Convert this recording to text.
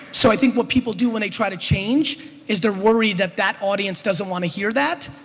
so i think what people do when they try to change is they're worried that that audience doesn't want to hear that.